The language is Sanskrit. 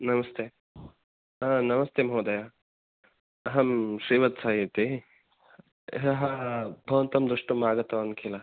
नमस्ते अ नमस्ते महोदय अहं श्रीवत्सः इति ह्यः भवन्तं द्रष्टुम् आगतवान् किल